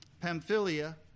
Pamphylia